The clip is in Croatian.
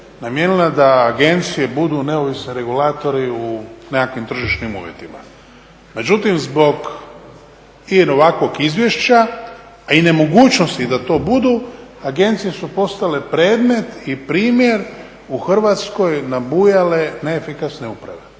namijenila da agencije budu neovisni regulatori u nekakvim tržišnim uvjetima. Međutim, zbog i ovakvog izvješća, a i nemogućnosti da to budu agencije su postale predmet i primjer u Hrvatskoj nabujale neefikasne uprave